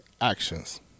actions